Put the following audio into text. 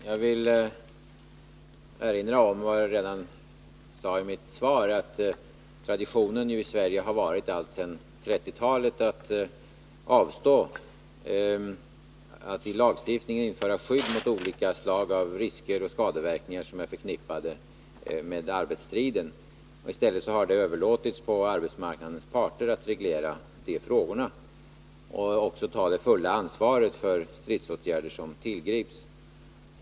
Herr talman! Jag vill erinra om vad jag sade i mitt svar, nämligen att traditionen i Sverige ända sedan 1930-talet varit att vi avstått från att i lagstiftning införa skydd för olika slag av risker och skadeverkningar som är förknippade med arbetsstrider. I stället har det överlåtits på arbetsmarknadens parter att reglera de frågorna och även att ta det fulla ansvaret för stridsåtgärder som tillgrips.